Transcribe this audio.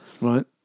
Right